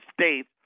States